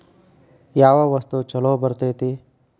ಯಾವ ವಸ್ತು ಛಲೋ ಬರ್ತೇತಿ?